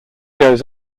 goes